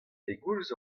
pegoulz